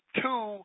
two